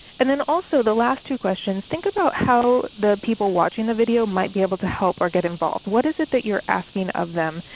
and then also the last two questions, think about how the people watching the video might be able to help or get involved. what is it that you are asking of them,